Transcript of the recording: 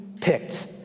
picked